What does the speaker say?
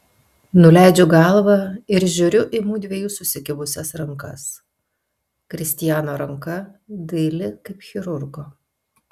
nuleidžiu galvą ir žiūriu į mudviejų susikibusias rankas kristiano ranka daili kaip chirurgo